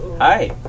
Hi